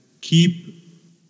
keep